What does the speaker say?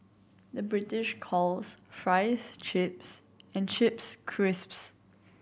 the British calls fries chips and chips crisps